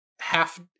Half